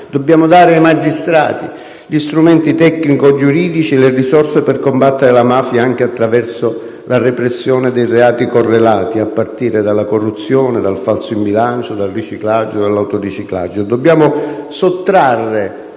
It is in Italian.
dobbiamo dare ai magistrati gli strumenti tecnico‑giuridici e le risorse per combattere la mafia anche attraverso la repressione dei reati correlati, a partire dalla corruzione, dal falso in bilancio, dal riciclaggio, dall'autoriciclaggio. Dobbiamo sottrarre